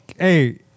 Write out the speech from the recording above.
Hey